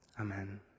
Amen